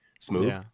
smooth